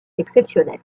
exceptionnels